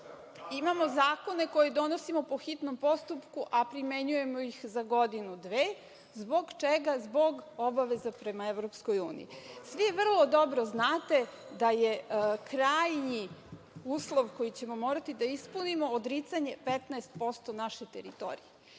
imamo zakone koje donosimo po hitnom postupku a primenjujemo ih za godinu-dve, zbog čega – zbog obaveza prema Evropskoj uniji. Svi vrlo dobro znate da je krajnji uslov koji ćemo morati da ispunimo odricanje 15% naše teritorije.